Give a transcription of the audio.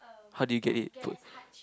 how do you get it food